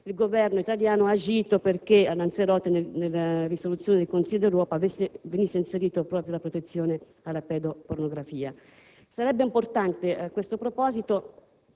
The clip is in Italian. il Governo italiano ha agito perché a Lanzarote, nella risoluzione del Consiglio d'Europa, venisse inserito il tema della protezione dei minori dalla pedopornografia. Sarebbe importante a tal proposito,